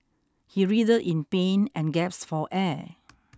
he writhed in pain and gasped for air